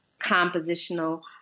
compositional